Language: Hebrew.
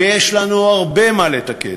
ויש לנו הרבה מה לתקן.